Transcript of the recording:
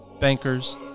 bankers